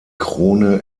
krone